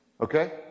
Okay